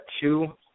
two